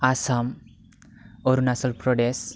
Assam Arunachal Pradesh